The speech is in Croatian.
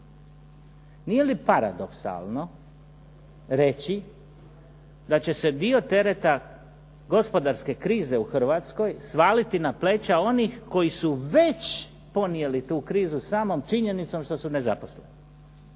Nije li paradoksalno reći da će se dio tereta gospodarske krize u Hrvatskoj svaliti na pleća onih koji su već ponijeli tu krizu samom činjenicom što su nezaposleni?